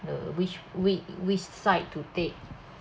the which which which side to take